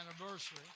anniversary